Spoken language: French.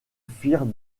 firent